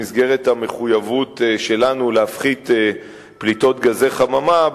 במסגרת המחויבות שלנו להפחית פליטות גזי חממה,